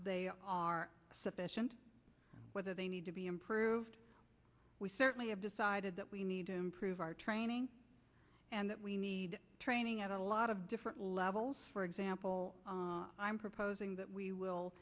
they are sufficient whether they need to be improved we certainly have decided that we need to improve our training and that we need training at a lot of different levels for example i'm proposing that we will